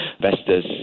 investors